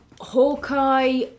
Hawkeye